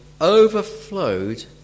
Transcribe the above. overflowed